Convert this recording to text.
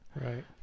Right